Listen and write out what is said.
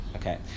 Okay